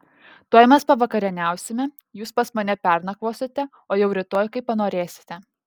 tuoj mes pavakarieniausime jūs pas mane pernakvosite o jau rytoj kaip panorėsite